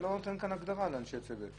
אתה לא נותן כאן הגדרה לאנשי צוות.